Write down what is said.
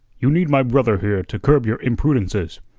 you need my brother here to curb your imprudences.